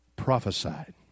prophesied